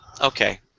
Okay